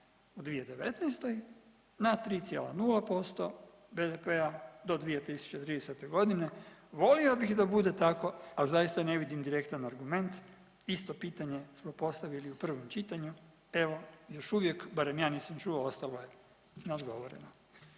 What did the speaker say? u 2019. na 3,0% BDP-a do 2030. godine. Volio bih da bude tako, ali zaista ne vidim direktan argument. Isto pitanje smo postavili u prvom čitanju. Evo još uvijek, barem ja nisam čuo, ostalo je neodgovoreno.